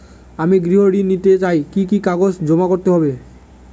আমি গৃহ ঋণ নিতে চাই কি কি কাগজ জমা করতে হবে?